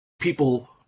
people